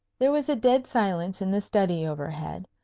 there was a dead silence in the study overhead,